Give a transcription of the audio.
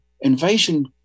invasion